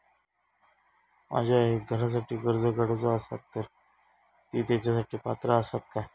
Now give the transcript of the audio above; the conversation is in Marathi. माझ्या आईक घरासाठी कर्ज काढूचा असा तर ती तेच्यासाठी पात्र असात काय?